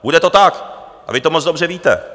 Bude to tak a vy to moc dobře víte.